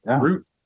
root